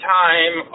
time